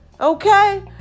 Okay